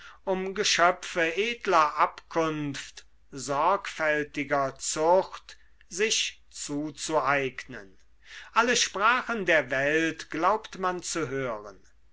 um geschöpfe edler abkunft sorgfältiger zucht sich zuzueignen alle sprachen der welt glaubt man zu hören